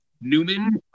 Newman